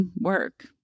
work